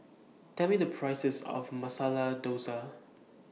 Tell Me The Price of Masala Dosa